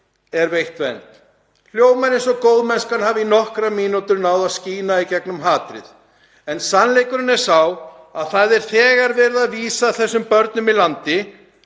er veitt vernd. Það hljómar eins og góðmennskan hafi í nokkrar mínútur náð að skína í gegnum hatrið. Sannleikurinn er sá að það er þegar verið að vísa þessum börnum úr landi